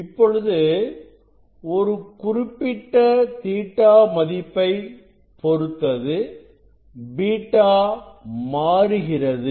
இப்பொழுது குறிப்பிட்ட Ɵமதிப்பை பொறுத்து β மாறுகிறது